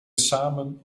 samen